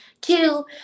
Two